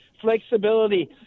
flexibility